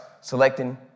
selecting